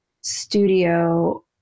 studio